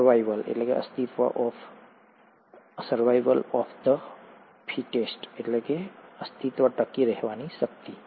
સર્વાઇવલઅસ્તિત્વ of the ફિટેસ્ટટકી રહેવાની શક્તિ